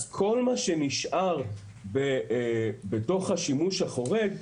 אז כל מה שנשאר בתוך השימוש החורג,